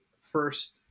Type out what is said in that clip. first